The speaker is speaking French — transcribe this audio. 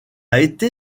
été